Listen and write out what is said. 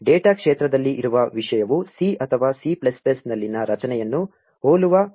data ಕ್ಷೇತ್ರದಲ್ಲಿ ಇರುವ ವಿಷಯವು C ಅಥವಾ C ನಲ್ಲಿನ ರಚನೆಯನ್ನು ಹೋಲುವ ಪಟ್ಟಿಯಾಗಿದೆ ಎಂಬುದನ್ನು ಈಗ ಗಮನಿಸಿ